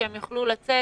שהם יוכלו לצאת,